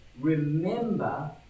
remember